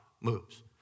moves